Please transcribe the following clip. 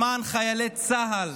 למען חיילי צה"ל,